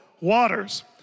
waters